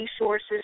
resources